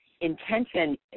intention